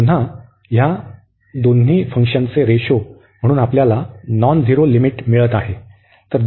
तर पुन्हा या दोन्ही फंक्शन्सचे रेशो म्हणून आपल्याला नॉन झिरो लिमिट मिळत आहे